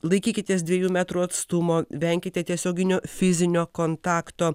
laikykitės dviejų metrų atstumo venkite tiesioginio fizinio kontakto